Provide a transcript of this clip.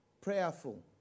prayerful